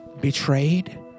Betrayed